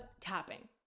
tapping